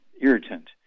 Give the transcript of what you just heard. irritant